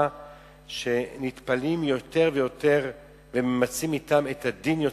תחושה שיותר ויותר נטפלים וממצים אתם את הדין,